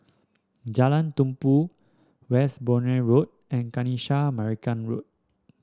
Jalan Tumpu Westbourne Road and Kanisha Marican Road